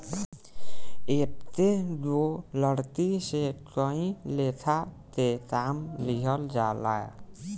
एकेगो लकड़ी से कई लेखा के काम लिहल जाला